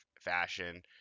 fashion